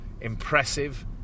impressive